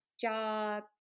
job